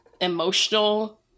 emotional